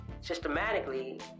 systematically